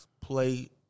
play